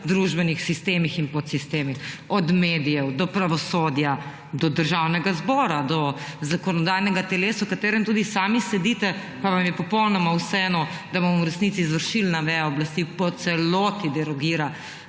družbenih sistemih in podsistemih od medijev do pravosodja, do Državnega zbora, do zakonodajnega telesa, v katerem tudi sami sedite, pa vam je popolnoma vseeno, da / nerazumljivo/ v resnici izvršilna veja oblasti po celoti derogira